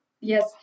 Yes